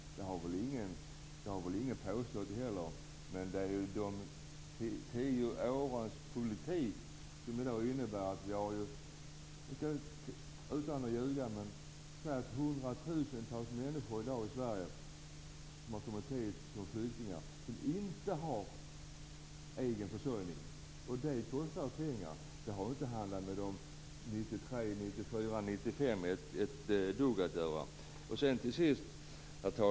Det har väl inte heller någon påstått. Men det är de tio årens politik som har medfört - och det säger jag utan att ljuga - att hundratusentals människor har kommit hit som flyktingar utan att ha egen försörjning. Och det kostar pengar. Det har inte ett dugg med kostnaderna för 1993, 1944 och 1995 att göra.